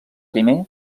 primer